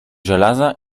żelaza